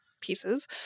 pieces